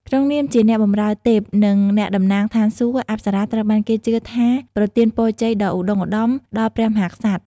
ក្នុងនាមជា អ្នកបម្រើទេព និង អ្នកតំណាងស្ថានសួគ៌ អប្សរាត្រូវបានគេជឿថាប្រទានពរជ័យដ៏ឧត្តុង្គឧត្តមដល់ព្រះមហាក្សត្រ។